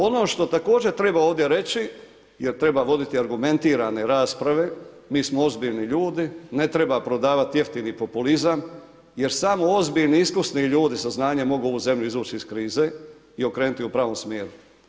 Ono što također treba ovdje reći jer treba voditi argumentirane rasprave, mi smo ozbiljni ljudi, ne treba prodavati jeftini populizam jer samo ozbiljni i iskusni ljudi sa znanjem mogu ovu zemlju izvući iz krize i okrenuti u pravom smjeru.